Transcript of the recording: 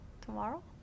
tomorrow